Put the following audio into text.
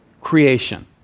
creation